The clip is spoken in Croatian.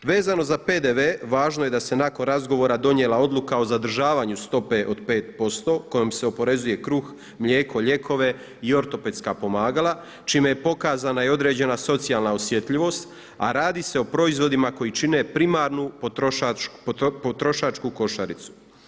Vezano za PDV važno je da se nakon razgovora donijela odluka o zadržavanju stope od 5% kojom se oporezuje kruh, mlijeko, lijekove i ortopedska pomagala čime je pokazana i određena socijalna osjetljivost, a radi se o proizvodima koji čine primarnu potrošačku košaricu.